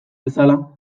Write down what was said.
bezala